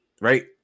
Right